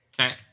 Okay